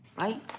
right